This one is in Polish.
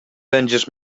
będziesz